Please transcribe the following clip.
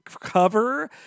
cover